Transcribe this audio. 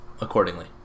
accordingly